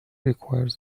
requires